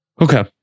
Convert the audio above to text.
Okay